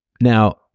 Now